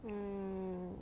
mm